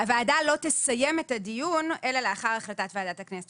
הוועדה לא תסיים את הדיון אלא לאחר החלטת ועדת הכנסת.